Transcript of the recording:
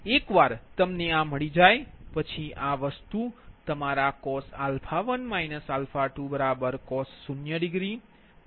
તેથી એકવાર તમને આ મળી જાય પછી આ વસ્તુ તમારા cos 1 2cos 0 1